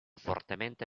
fortemente